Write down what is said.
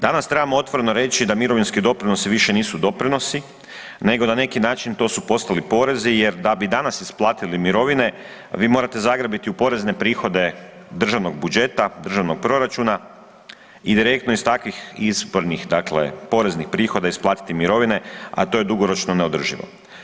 Danas trebamo otvoreno reći da mirovinski doprinosi više nisu doprinosi nego na neki način to su postali porezi jer da bi danas isplatili mirovine vi morate zagrabiti u porezne prihode državnog budžeta, državnog proračuna i direktno iz takvih izbornih poreznih prihoda isplatiti mirovine, a to je dugoročno neodrživo.